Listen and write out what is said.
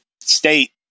state